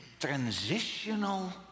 transitional